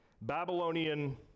Babylonian